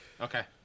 Okay